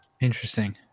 Interesting